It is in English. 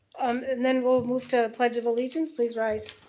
and then we'll move to pledge of allegiance, please rise.